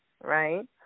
right